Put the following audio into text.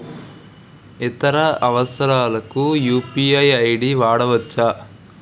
ఇతర అవసరాలకు UPI ID వాడవచ్చా?